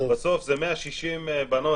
בסוף זה 160 בנות.